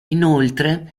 inoltre